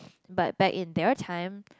but back in their time